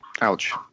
ouch